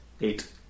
Eight